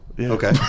Okay